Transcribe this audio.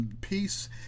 peace